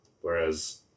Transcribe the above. Whereas